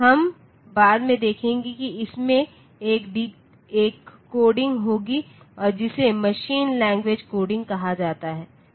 हम बाद में देखेंगे कि इसमें एक कोडिंग होगी और जिसे मशीन लैंग्वेज कोडिंग कहा जाता है